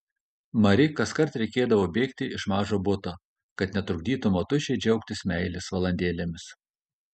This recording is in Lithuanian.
mari kaskart reikėdavo bėgti iš mažo buto kad netrukdytų motušei džiaugtis meilės valandėlėmis